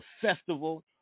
festival